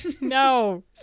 No